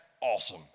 awesome